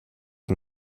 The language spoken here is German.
man